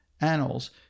annals